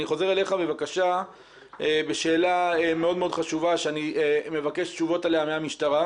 אני חוזר אליך בשאלה מאוד מאוד חשובה שאני מבקש תשובות עליה מהמשטרה.